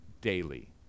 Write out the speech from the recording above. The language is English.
daily